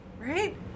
Right